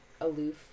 aloof